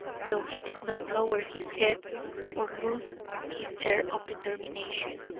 though he did not lower his head or lose his air of determination.